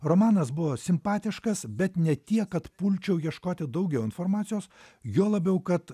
romanas buvo simpatiškas bet ne tiek kad pulčiau ieškoti daugiau informacijos juo labiau kad